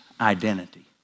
identity